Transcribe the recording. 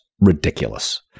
ridiculous